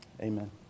amen